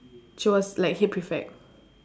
she was like head prefect